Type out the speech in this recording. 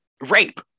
rape